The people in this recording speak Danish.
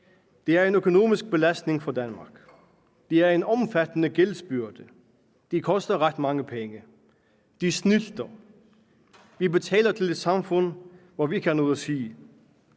det er en økonomisk belastning for Danmark; det er en omfattende gældsbyrde; de koster ret mange penge; de snylter; vi betaler til et samfund, hvor vi ikke har noget at sige;